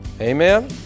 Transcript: Amen